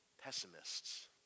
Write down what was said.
pessimists